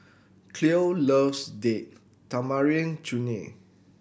Cloe loves Date Tamarind Chutney